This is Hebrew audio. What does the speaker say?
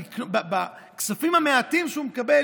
על הכספים המועטים שהוא מקבל,